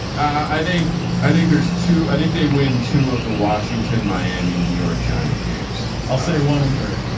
i think, i think there's two. i think they win two of the washington i mean new york giant games. i'll say one and three.